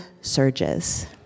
surges